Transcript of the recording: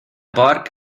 porc